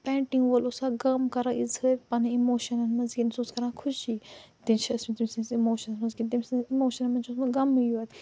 painting وول اوسا غَم کَران اِظہار پَنٕنۍ اِموشنٕز مَنٛز کِنہٕ سُہ اوس کَران خوٚشی تِم چھِ ٲسمٕتۍ تٔمۍ سٕنٛز اِموشنٕز مَنٛز کِنہٕ تٔمۍ سٕنٛزِ اِموشنٕز مَنٛز چھُ اوسمُت غمٕے یوت